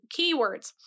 keywords